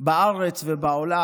בארץ ובעולם,